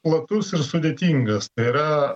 platus ir sudėtingas tai yra